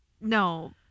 no